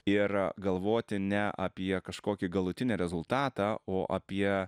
ir galvoti ne apie kažkokį galutinį rezultatą o apie